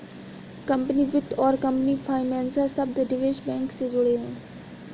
company वित्त और company financer शब्द निवेश बैंक से जुड़े हैं